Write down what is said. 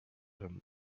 him